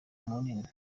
munini